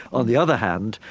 on the other hand,